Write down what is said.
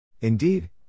Indeed